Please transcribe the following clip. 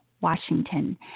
Washington